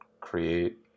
create